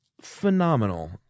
phenomenal